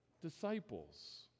disciples